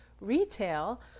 retail